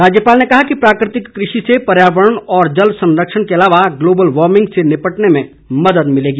राज्यपाल ने कहा कि प्राकृतिक कृषि से पर्यावरण और जल संरक्षण के अलावा ग्लोबल वार्मिंग से निपटने में मदद मिलेगी